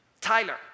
Tyler